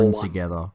together